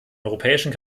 europäischen